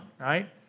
right